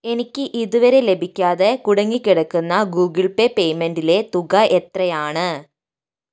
എനിക്ക് ഇതുവരെ ലഭിക്കാതെ കുടുങ്ങിക്കിടക്കുന്ന ഗൂഗിൾ പേ പേയ്മെന്റിലെ തുക എത്രയാണ്